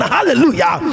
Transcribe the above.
Hallelujah